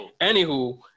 Anywho